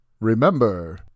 remember